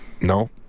No